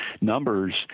numbers